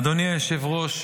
אדוני היושב-ראש,